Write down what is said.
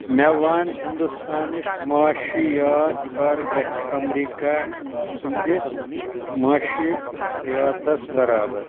مےٚ وَن ہندوستانٕچ مُعاشِیات کَر گژھِ امریکہ سٕنٛدِ مُعاشِیاتَس برابر